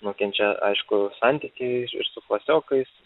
nukenčia aišku santykiai ir su klasiokais